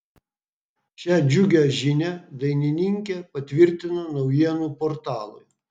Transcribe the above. šią džiugią žinią dainininkė patvirtino naujienų portalui